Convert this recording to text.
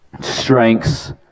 strengths